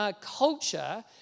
culture